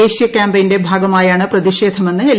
ദേശീയ ക്യാമ്പയിന്റെ ഭാഗമായാണ് പ്രതിഷേധമെന്ന് എൽ